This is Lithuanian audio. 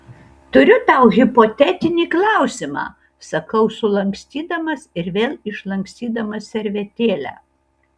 turiu tau hipotetinį klausimą sakau sulankstydamas ir vėl išlankstydamas servetėlę